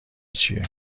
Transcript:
چیه